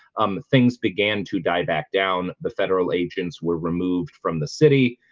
um things began to die back down the federal agents were removed from the city.